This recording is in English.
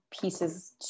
pieces